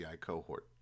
cohort